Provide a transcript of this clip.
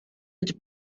its